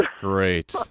Great